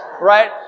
right